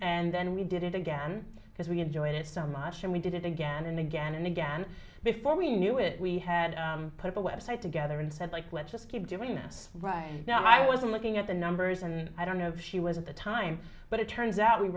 and then we did it again because we enjoyed it so much and we did it again and again and again before we knew it we had put the web site together and said like let's just keep doing this right now i wasn't looking at the numbers and i don't know if she was at the time but it turns out we